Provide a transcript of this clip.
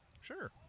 Sure